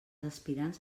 aspirants